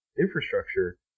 infrastructure